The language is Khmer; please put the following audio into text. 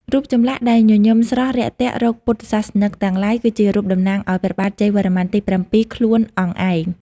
រូបចម្លាក់ដែលញញឹមស្រស់រាក់ទាក់រកពុទ្ធសាសនិកទាំងឡាយ គឺជារូបតំណាងឱ្យ ព្រះបាទជ័យវរ្ម័នទី៧ ខ្លួនអង្គឯង។